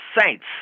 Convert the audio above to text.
saints